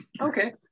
okay